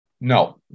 no